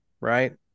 right